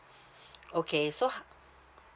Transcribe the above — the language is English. okay so how